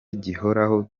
gihoraho